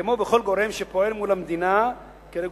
כמו בכל גורם שפועל מול המדינה כרגולטור,